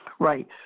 Right